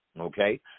Okay